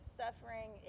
suffering